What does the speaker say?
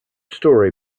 story